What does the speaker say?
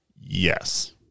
Yes